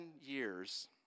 years